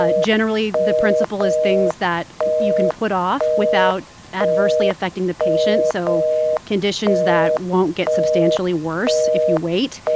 ah generally, the principle is things that you can put off without adversely affecting the patient so conditions that won't get substantially worse if you wait.